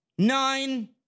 Nine